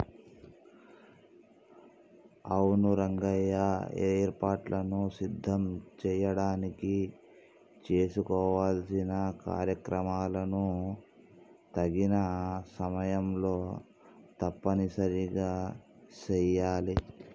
అవును రంగయ్య ఏర్పాటులను సిద్ధం చేయడానికి చేసుకోవలసిన కార్యకలాపాలను తగిన సమయంలో తప్పనిసరిగా సెయాలి